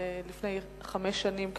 לפני חמש שנים,